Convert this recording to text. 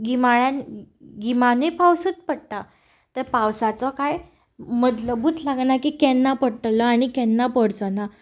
गिमाळ्यांत गिमांतूय पावसूच पडटा तर पावसाचो कांय मतलबूच ना जाला की केन्ना पडटलो आनी केन्ना पडचो ना